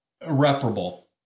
irreparable